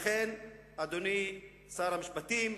אדוני שר המשפטים,